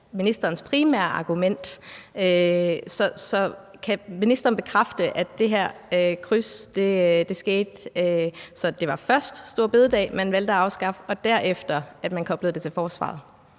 ministerens primære argument. Så kan ministeren bekræfte, at det her kryds skete sådan, at det først var store bededag, man valgte at afskaffe, og at man derefter koblede det til forsvaret?